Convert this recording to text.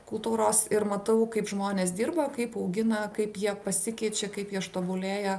kultūros ir matau kaip žmonės dirba kaip augina kaip jie pasikeičia kaip jie ištobulėja